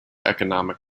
economic